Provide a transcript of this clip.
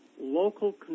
local